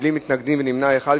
בלי מתנגדים ונמנע אחד,